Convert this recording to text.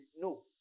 No